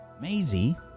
Maisie